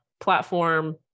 platform